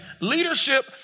Leadership